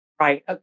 right